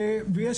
וכביכול,